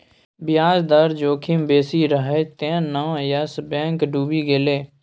ब्याज दर जोखिम बेसी रहय तें न यस बैंक डुबि गेलै